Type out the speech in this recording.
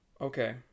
Okay